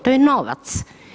To je novac.